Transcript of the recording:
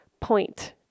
point